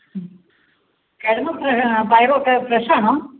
മ്മ് ആ പയർ ഒക്കെ ഫ്രഷാണോ